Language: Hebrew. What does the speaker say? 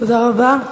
תודה רבה.